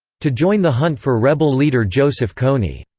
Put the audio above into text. to join the hunt for rebel leader joseph kony